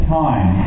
time